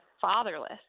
fatherless